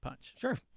Sure